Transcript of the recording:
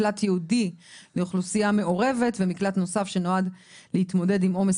מקלט ייעודי לאוכלוסייה מעורבת ומקלט נוסף שנועד להתמודד עם עומס